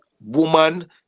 Woman